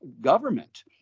government